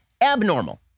abnormal